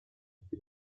für